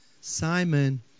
Simon